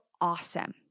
awesome